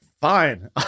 Fine